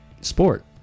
sport